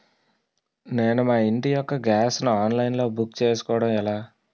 నేను మా ఇంటి యెక్క గ్యాస్ ను ఆన్లైన్ లో బుక్ చేసుకోవడం ఎలా?